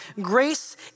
Grace